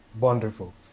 wonderful